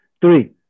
three